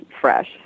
fresh